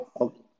Okay